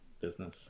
business